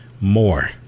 More